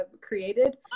created